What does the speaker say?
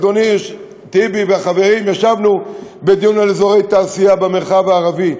אדוני טיבי והחברים ישבנו בדיון על אזורי תעשייה במרחב הערבי.